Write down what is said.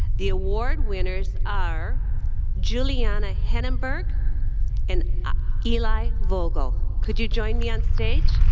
the award winners are julianna henneberg and eli vogel. could you join me on stage?